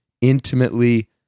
intimately